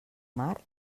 mar